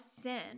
sin